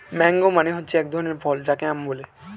mango মানে হচ্ছে এক ধরনের ফল যাকে আম বলে